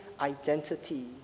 identity